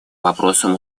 вопросам